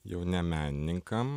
jauniem menininkam